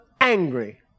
angry